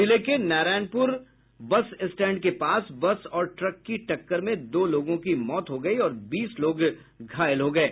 जिले के Narayanpur bus stand के पास बस और ट्रक की टक्कर में दो लोगों की मौत हो गयी और बीस लोग घायल हो गये